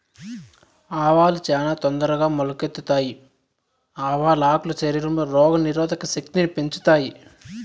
ఆవాలు చానా తొందరగా మొలకెత్తుతాయి, ఆవాల ఆకులు శరీరంలో రోగ నిరోధక శక్తిని పెంచుతాయి